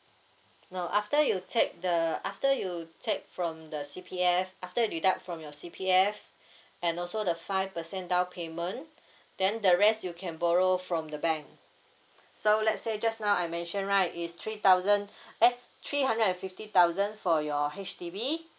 no after you take the after you take from the C_P_F after you deduct from your C_P_F and also the five percent down payment then the rest you can borrow from the bank so let's say just now I mentioned right is three thousand eh three hundred and fifty thousand for your H_D_B